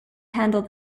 handle